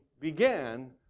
began